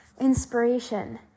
inspiration